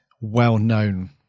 well-known